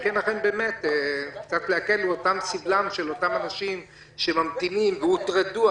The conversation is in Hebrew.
כדי להקל על סבלם של אנשים שממתינים והוטרדו?